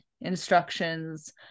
instructions